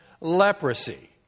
leprosy